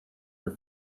your